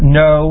no